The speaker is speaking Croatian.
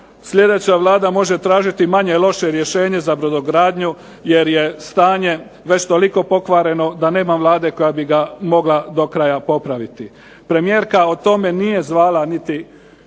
sljedeća Vlada može tražiti manje i loše rješenje za brodogradnju jer je stanje već toliko pokvareno da nema Vlade koja bi ga mogla do kraja popraviti. Premijerka o tome nije zvala niti